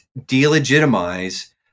delegitimize